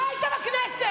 לא היית בכנסת.